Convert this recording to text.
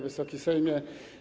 Wysoki Sejmie!